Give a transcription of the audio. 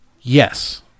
Yes